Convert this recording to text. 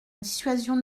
dissuasion